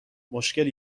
مشکل